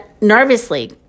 nervously